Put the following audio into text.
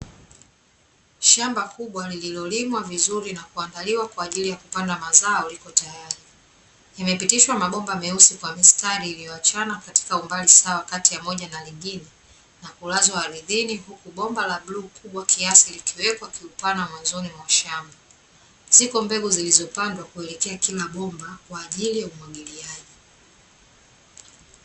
Shamba kubwa lililolimwa vizuri na kuandaliwa kwaajili ya kupanda mazao liko tayari, limepitishwa mabomba meusi kwa mistari iliyoachana katika umbali sawa kati ya moja na lingine, na kulazwa ardhini huku bomba la bluu kubwa kiasi likiwekwa kiupana mwanzoni mwa shamba, ziko mbegu zilizopandwa kuelekea kila bomba kwaajili ya umwagiliaji.